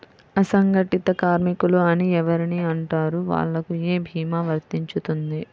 అసంగటిత కార్మికులు అని ఎవరిని అంటారు? వాళ్లకు ఏ భీమా వర్తించుతుంది?